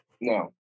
No